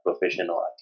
professional